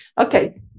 Okay